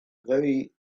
very